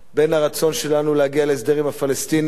בין הרצון שלנו להגיע להסדר עם הפלסטינים